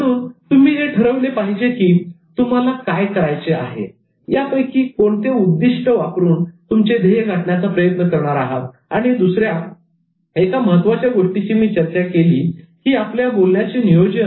म्हणून तुम्ही हे ठरविले पाहिजे की तुम्हाला काय करायचे आहे यापैकी कोणते उद्दिष्ट वापरून तुमचे ध्येय गाठण्याचा प्रयत्न करणार आहात आणि दुसऱ्या एका महत्त्वाच्या गोष्टीची मी चर्चा केली की आपल्या बोलण्याचे नियोजन